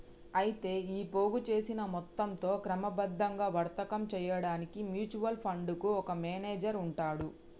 అయితే ఈ పోగు చేసిన మొత్తంతో క్రమబద్ధంగా వర్తకం చేయడానికి మ్యూచువల్ ఫండ్ కు ఒక మేనేజర్ ఉంటాడు